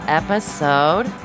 episode